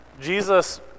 Jesus